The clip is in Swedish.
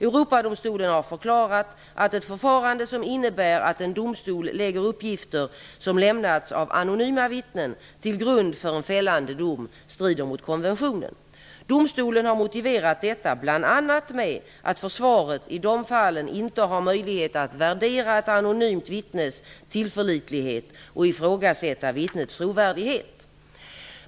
Europadomstolen har förklarat att ett förfarande som innebär att en domstol lägger uppgifter som lämnats av anonyma vittnen till grund för en fällande dom strider mot konventionen. Domstolen har motiverat detta bl.a. med att försvaret i de fallen inte har möjlighet att värdera ett anonymt vittnes tillförlitlighet och ifrågasätta vittnets trovärdighet.